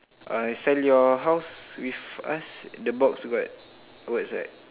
uh sell your house with us the box got words right